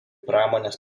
pramonės